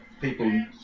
people